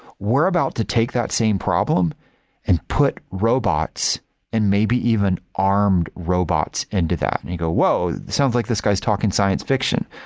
we're about to take that same problem and put robots and maybe even armed robots into that and you go, whoa! it sounds like this guy is talking science fiction.